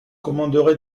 commanderait